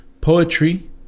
poetry